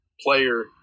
player